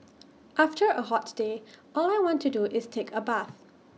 after A hot day all I want to do is take A bath